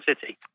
City